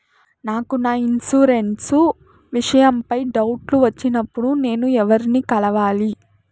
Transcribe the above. నాకు నా ఇన్సూరెన్సు విషయం పై డౌట్లు వచ్చినప్పుడు నేను ఎవర్ని కలవాలి?